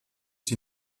die